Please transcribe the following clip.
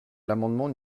l’amendement